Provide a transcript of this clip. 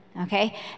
Okay